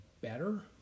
better